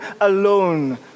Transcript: alone